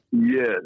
Yes